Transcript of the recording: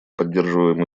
поддерживаем